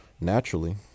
naturally